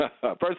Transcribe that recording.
First